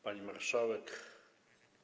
Pani Marszałek!